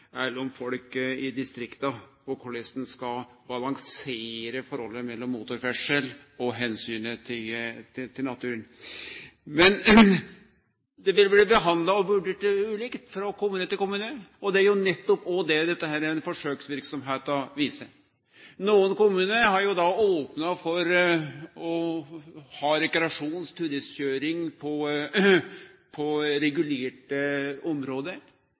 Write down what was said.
eller om folk i distrikta, og korleis ein skal balansere forholdet mellom motorferdsel og omsynet til naturen. Det vil bli behandla ulikt frå kommune til kommune, og det er jo nettopp det denne forsøksverksemda viser. Nokre kommunar har opna for å ha rekreasjons- og turistkøyring på regulerte område,